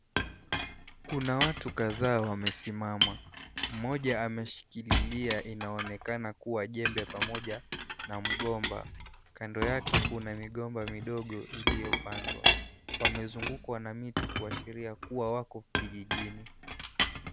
Kuna watu kadhaa wamesimama. Mmoja ameshikililia, inaonekana kuwa jembe pamoja na mgomba. Kando yake, kuna migomba midogo iliyopandwa. Wamezungukwa na miti kuashiria kuwa, wako kijijini.